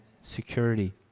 security